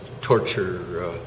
torture